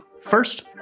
First